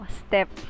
step